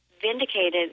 vindicated